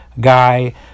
guy